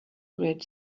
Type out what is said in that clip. great